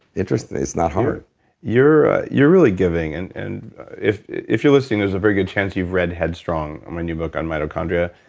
interesting. it's not hard you're you're really giving. and and if if you're listening, there's a very good chance you've read head strong, my new book on mitochondria.